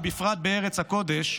ובפרט בארץ הקודש,